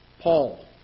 Paul